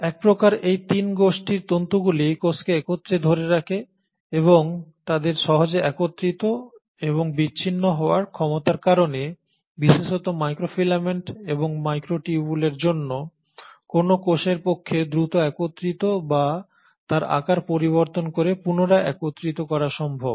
একপ্রকার এই 3 গোষ্ঠীর তন্তুগুলি কোষকে একত্রে ধরে রাখে এবং তাদের সহজে একত্রিত এবং বিচ্ছিন্ন হওয়ার ক্ষমতার কারণে বিশেষত মাইক্রোফিলামেন্ট এবং মাইক্রোটিউবুলের জন্য কোনও কোষের পক্ষে দ্রুত একত্রিত বা তার আকার পরিবর্তন করে পুনরায় একত্রিত করা সম্ভব